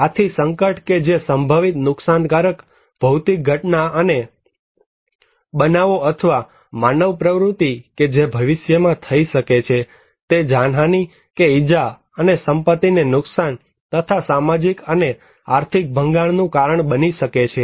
આથી સંકટ કે જે સંભવિત નુકસાનકારક ભૌતિક ઘટના અને બનાવો અથવા માનવ પ્રવૃત્તિ કે જે ભવિષ્યમાં થઈ શકે છે તે જાનહાનિ કે ઇજા અને સંપત્તિને નુકસાન તથા સામાજિક અને આર્થિક ભંગાણનું કારણ બની શકે છે